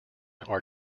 are